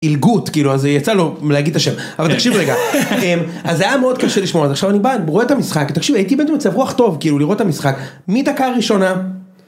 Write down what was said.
עילגות, כאילו זה יצא לו מלהגיד את השם. אבל תקשיב רגע, אז היה מאוד קשה לשמוע זה עכשיו אני רואה את המשחק תקשיב הייתי במצב רוח טוב כאילו לראות את המשחק מדקה ראשונה.